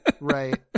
Right